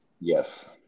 Yes